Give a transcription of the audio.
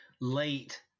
late